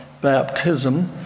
baptism